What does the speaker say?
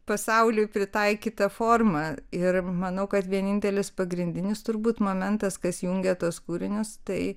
pasauliui pritaikyta forma ir manau kad vienintelis pagrindinis turbūt momentas kas jungia tas kūrinius tai